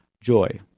joy